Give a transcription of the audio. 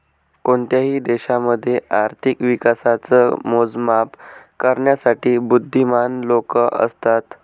कोणत्याही देशामध्ये आर्थिक विकासाच मोजमाप करण्यासाठी बुध्दीमान लोक असतात